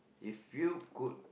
if you could